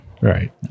Right